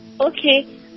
Okay